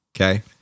Okay